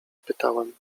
pytałem